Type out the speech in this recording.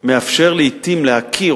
שמאפשר לעתים להכיר,